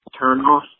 turnoff